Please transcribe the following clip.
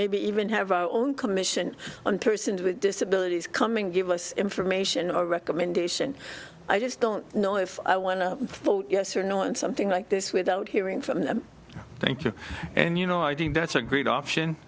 maybe even have our own commission on persons with disabilities coming give us information or recommendation i just don't know if i want to vote yes or no and something like this without hearing from them thank you and you know i do and that's a great option